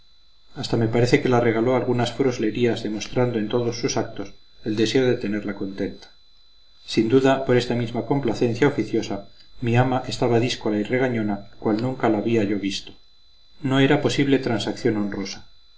hasta me parece que la regaló algunas fruslerías demostrando en todos sus actos el deseo de tenerla contenta sin duda por esta misma complacencia oficiosa mi ama estaba díscola y regañona cual nunca la había yo visto no era posible transacción honrosa